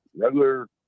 regular